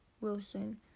Wilson